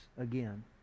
again